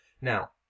Now